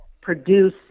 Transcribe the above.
produce